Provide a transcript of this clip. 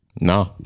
no